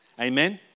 Amen